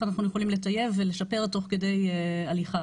אנחנו יכולים לטייב ולשפר תוך כדי הליכה.